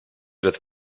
with